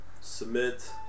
Submit